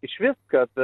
išvis kad